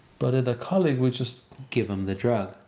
but in a colleague, we just give them the drug.